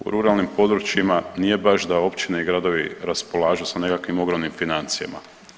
U ruralnim područjima nije baš da općine i gradovi raspolažu sa nekakvim ogromnim financijama.